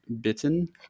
bitten